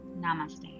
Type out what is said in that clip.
Namaste